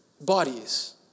bodies